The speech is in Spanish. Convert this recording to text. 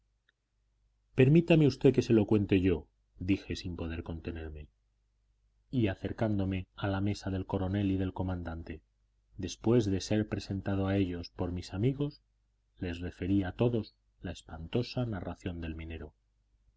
permítame usted que se lo cuente yo dije sin poder contenerme y acercándome a la mesa del coronel y del comandante después de ser presentado a ellos por mis amigos les referí a todos la espantosa narración del minero